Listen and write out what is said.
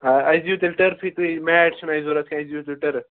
آ آسہِ دِیِو تیٚلہِ ٹٔرٕفٕے تُہۍ میچ چھُنہٕ اَسہِ ضروٗرت کیٚنٛہہ اَسہِ دِیو تُہۍ ٹٔرٕف